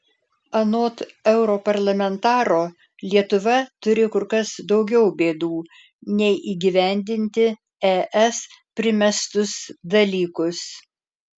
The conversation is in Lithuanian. anot europarlamentaro lietuva turi kur kas daugiau bėdų nei įgyvendinti es primestus dalykus